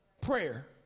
Prayer